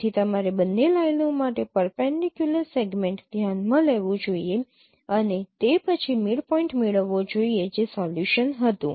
તેથી તમારે બંને લાઇનો માટે પરપેન્ડીક્યૂલર સેગમેન્ટ ધ્યાનમાં લેવું જોઈએ અને તે પછી મિડપોઇન્ટ મેળવવો જોઈએ જે સોલ્યુશન હતું